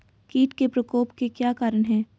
कीट के प्रकोप के क्या कारण हैं?